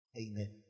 Amen